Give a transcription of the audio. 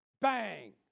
Bang